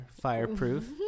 Fireproof